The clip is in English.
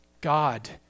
God